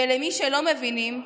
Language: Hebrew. ולמי שלא מבינים,